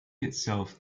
itself